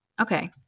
Okay